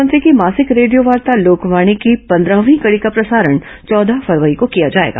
मुख्यमंत्री की मासिक रेडियोवार्ता लोकवाणी की पंद्रहवीं कड़ी का प्रसारण चौदह फरवरी को किया जाएगा